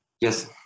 Yes